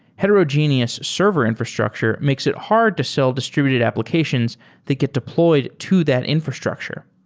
heterogeneous server infrastructure makes it hard to sell distributed applications that get deployed to that infrastructure.